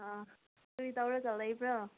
ꯑꯥ ꯀꯔꯤ ꯇꯧꯔꯒ ꯂꯩꯕ꯭ꯔꯣ